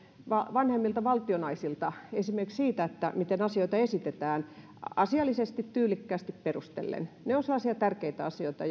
vanhemmilta valtionaisilta esimerkiksi siitä miten asioita esitetään asiallisesti tyylikkäästi perustellen ne ovat sellaisia tärkeitä asioita